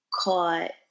caught